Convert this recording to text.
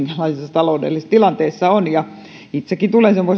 taloudellisessa tilanteessa ollaan itsekin tulen semmoisesta